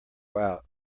out